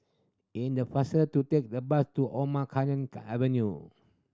in the faster to take the bus to Omar Khayyam Avenue